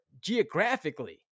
geographically